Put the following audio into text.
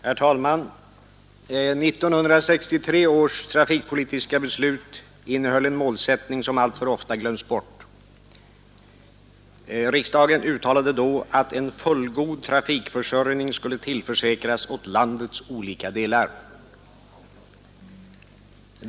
Herr talman! 1963 års trafikpolitiska beslut innehöll en målsättning som alltför ofta glöms bort. Riksdagen uttalade då att en fullgod trafikförsörjning skulle tillförsäkras landets olika delar.